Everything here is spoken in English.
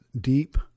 Deep